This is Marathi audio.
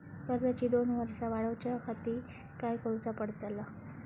कर्जाची दोन वर्सा वाढवच्याखाती काय करुचा पडताला?